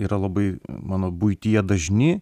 yra labai mano buityje dažni